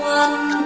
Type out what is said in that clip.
one